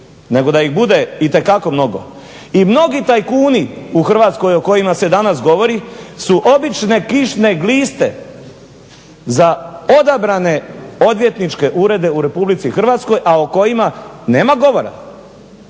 nego da ih bude itekako mnogo. I mnogi tajkuni u Hrvatskoj o kojima se danas govori su obične kišne gliste za odabrane odvjetničke urede u Republici Hrvatskoj, a o kojima nema govora